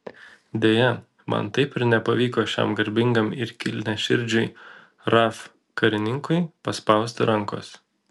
deja man taip ir nepavyko šiam garbingam ir kilniaširdžiui raf karininkui paspausti rankos